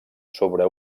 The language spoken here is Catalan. sobre